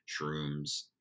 shrooms